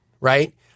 right